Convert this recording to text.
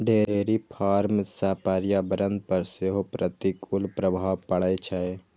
dairy farm सं पर्यावरण पर सेहो प्रतिकूल प्रभाव पड़ै छै